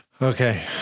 okay